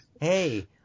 Hey